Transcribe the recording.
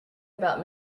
about